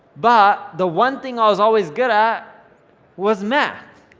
but, the one thing i was always good at was math.